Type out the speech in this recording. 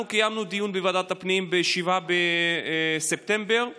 אנחנו קיימנו דיון בוועדת הפנים ב-7 בספטמבר ואמרנו: